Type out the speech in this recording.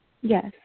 Yes